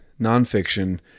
nonfiction